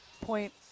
Point